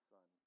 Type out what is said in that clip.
Son